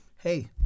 Hey